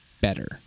better